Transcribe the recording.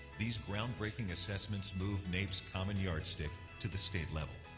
these groundbreaking assessments moved naep's common yardstick to the state level.